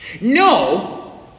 No